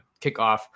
kickoff